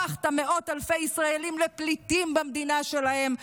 הפכת מאות אלפי ישראלים לפליטים במדינה שלהם.